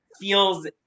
feels